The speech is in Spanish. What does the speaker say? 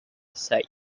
side